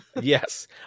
Yes